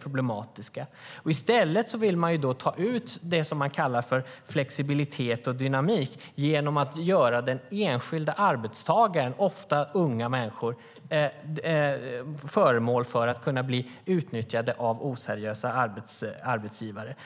problematiska tendenserna. I stället vill man ta ut det som man kallar flexibilitet och dynamik genom att göra den enskilde arbetstagaren, ofta unga människor, till föremål för att bli utnyttjad av oseriösa arbetsgivare.